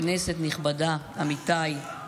כנסת נכבדה, עמיתיי,